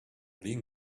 flin